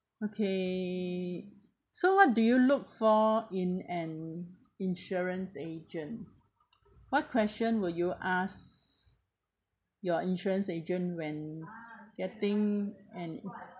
okay so what do you look for in an insurance agent what question will you ask your insurance agent when getting an